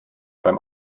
beim